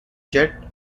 jett